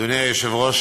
אדוני היושב-ראש,